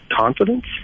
confidence